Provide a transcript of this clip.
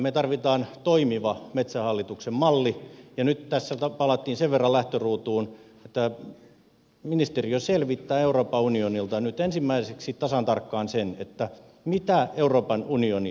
me tarvitsemme toimivan metsähallituksen mallin ja nyt tässä palattiin sen verran lähtöruutuun että ministeriö selvittää euroopan unionilta nyt ensimmäiseksi tasan tarkkaan sen mitä euroopan unioni meiltä edellyttää